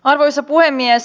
arvoisa puhemies